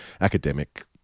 academic